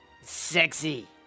Sexy